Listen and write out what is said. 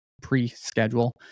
pre-schedule